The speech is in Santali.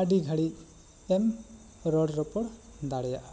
ᱟᱹᱰᱤ ᱜᱷᱟᱹᱲᱤᱡ ᱮᱢ ᱨᱚᱲ ᱨᱚᱯᱚᱲ ᱫᱟᱲᱮᱭᱟᱜᱼᱟ